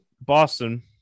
Boston